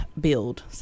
build